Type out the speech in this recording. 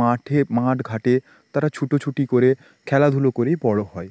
মাঠে মাঠঘাটে তারা ছুটোছুটি করে খেলাধুলো করেই বড়ো হয়